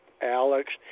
Alex